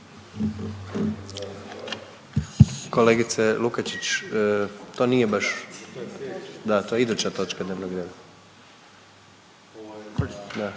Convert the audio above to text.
Kolegice Lukačić, to nije baš, da, to je iduća točka dnevnog reda.